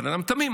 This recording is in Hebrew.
בן אדם תמים,